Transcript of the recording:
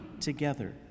together